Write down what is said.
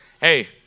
Hey